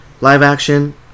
live-action